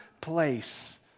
place